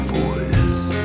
voice